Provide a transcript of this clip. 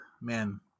man